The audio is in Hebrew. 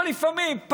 אבל לפעמים,